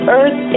earth